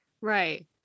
Right